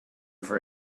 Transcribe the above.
for